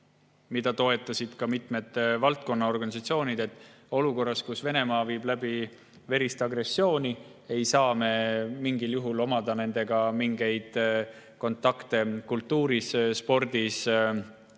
seda toetasid ka mitmed valdkonna organisatsioonid –, et olukorras, kus Venemaa viib läbi verist agressiooni, ei saa me mingil juhul omada nendega kontakte kultuuris, spordis ega mis